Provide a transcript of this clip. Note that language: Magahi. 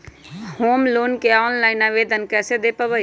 होम लोन के ऑनलाइन आवेदन कैसे दें पवई?